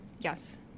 Yes